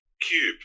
cube